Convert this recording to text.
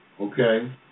okay